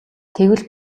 тэгвэл